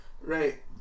Right